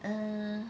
mm